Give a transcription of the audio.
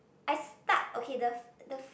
I start okay the the